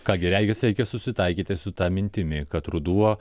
ką gi regis reikia susitaikyti su ta mintimi kad ruduo